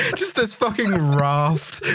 just this fucking raft,